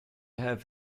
have